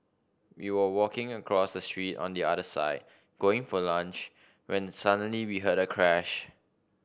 we were walking across the street on the other side going for lunch when suddenly we heard a crash